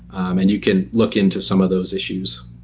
um and you can look into some of those issues